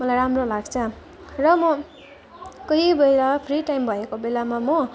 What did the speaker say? मलाई राम्रो लाग्छ र म कोही बेला फ्री टाइम भएको बेलामा म